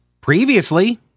Previously